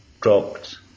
dropped